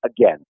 Again